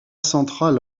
centrale